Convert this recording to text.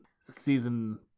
season